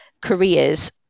careers